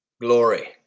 glory